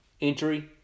entry